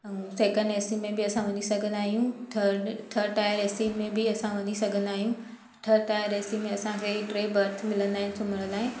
ऐं सैकन ए सी में बि असां वञी सघंदा आहियूं थड थड टायर ए सी में बि असां वञी सघंदा आहियूं थड टायर ए सी में असांखे ई टे बर्थ मिलंदा आहिनि सुम्हण लाइ